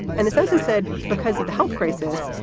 and the census said because of the health crisis,